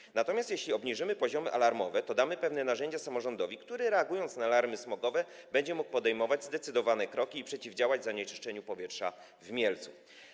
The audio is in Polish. Jeśli natomiast obniżymy poziomy alarmowe, to damy pewne narzędzia samorządowi, który, reagując na alarmy smogowe, będzie mógł podejmować zdecydowane kroki i przeciwdziałać zanieczyszczeniu powietrza w Mielcu.